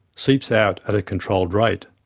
seeps out at a controlled rate.